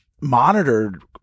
monitored